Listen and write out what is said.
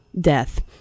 death